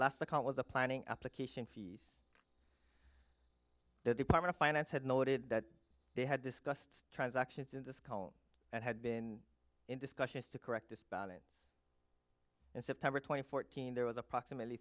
account was the planning application fees the department of finance had noted that they had discussed transactions in this column and had been in discussions to correct this balance in september twenty fourth teen there was approximately